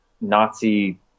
Nazi